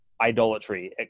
idolatry